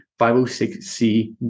506C